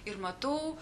ir matau